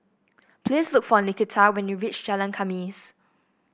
please look for Nikita when you reach Jalan Khamis